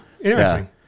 Interesting